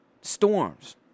storms